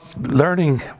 learning